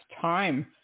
time